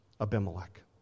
Abimelech